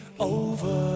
Over